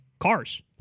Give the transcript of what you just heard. cars